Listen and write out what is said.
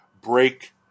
break